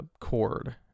cord